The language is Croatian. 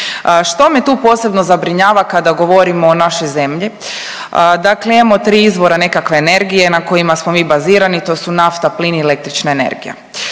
Što me tu posebno zabrinjava kada govorimo o našoj zemlji? Dakle, imamo tri izvora nekakve energije na kojima smo mi bazirani, to su nafta, plin i električna energija.